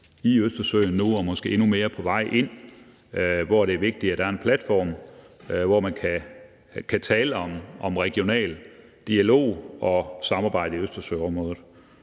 i Østersøen nu, og måske er der endnu mere på vej ind. Så det er vigtigt, at der er en platform, hvor man kan tale om regional dialog og samarbejde i Østersøområdet.